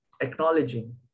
acknowledging